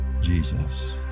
Jesus